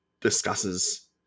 discusses